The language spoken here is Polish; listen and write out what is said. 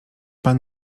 pan